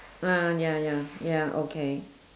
ah ya ya ya okay